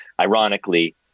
Ironically